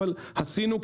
אבל עשינו,